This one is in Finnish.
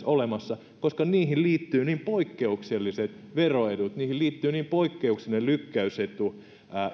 olemassa koska niihin liittyy niin poikkeukselliset veroedut niihin liittyy poikkeuksellinen lykkäysetu